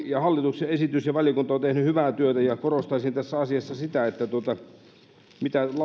ja hallituksen esityksessä valiokunta on tehnyt hyvää työtä ja korostaisin sitä mitä